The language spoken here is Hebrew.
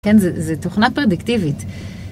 כן, זו תוכנה פרדקטיבית.